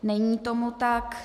Není tomu tak.